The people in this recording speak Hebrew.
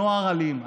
הנוער אלים,